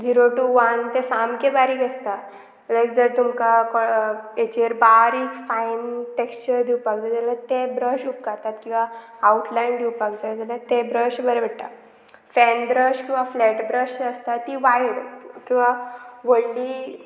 zero two one ते सामके बारीक आसता लायक जर तुमकां हेचेर बारीक फायन टॅक्शर दिवपाक जाय जाल्यार ते ब्रश उपकारतात किंवां आवटलायन दिवपाक जाय जाल्यार ते ब्रश बरे पडटा फॅन ब्रश किंवां फ्लॅट ब्रश जी आसता ती वायड किंवां व्हडली